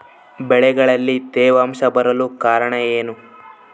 ಬೆಳೆಗಳಲ್ಲಿ ತೇವಾಂಶ ಬರಲು ಕಾರಣ ಏನು?